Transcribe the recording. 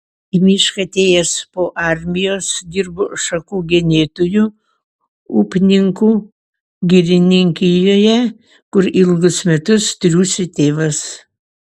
į mišką atėjęs po armijos dirbo šakų genėtoju upninkų girininkijoje kur ilgus metus triūsė tėvas